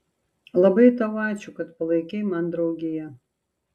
labai tau ačiū kad palaikei man draugiją